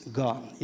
gone